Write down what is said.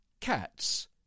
Cats